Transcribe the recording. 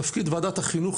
תפקיד ועדת החינוך,